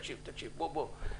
בוא,